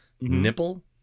nipple